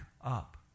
up